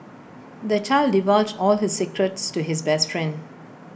the child divulged all his secrets to his best friend